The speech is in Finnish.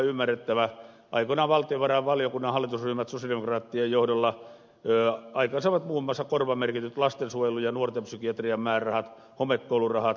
aikoinaan valtiovarainvaliokunnan hallitusryhmät sosialidemokraattien johdolla saivat aikaan muun muassa korvamerkityt lastensuojelu ja nuorten psykiatrian määrärahat homekoulurahat